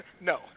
no